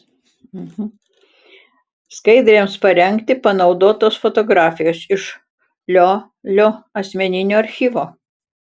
skaidrėms parengti panaudotos fotografijos iš liolio asmeninio archyvo